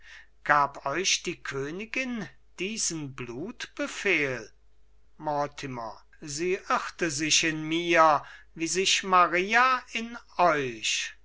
gab euch die königin diesen blutbefehl mortimer sie irrte sich in mir wie sich maria in euch